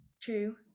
true